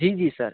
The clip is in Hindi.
जी जी सर